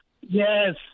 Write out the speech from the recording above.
yes